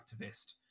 activist